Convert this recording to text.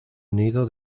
nido